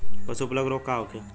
पशु प्लग रोग का होखे?